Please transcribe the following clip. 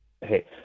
Hey